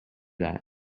that